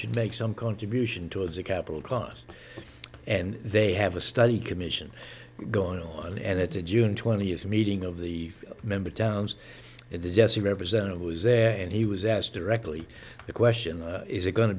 should make some contribution towards the capital cost and they have a study commission going on edited june twentieth meeting of the member towns it is yes he represented was there and he was asked directly the question is it going to